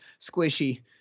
Squishy